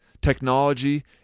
technology